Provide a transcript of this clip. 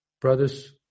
brothers